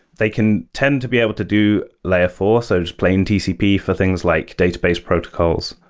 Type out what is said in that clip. they can tend to be able to do layer four, so just plane tcp for things like database protocols.